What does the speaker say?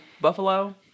buffalo